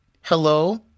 hello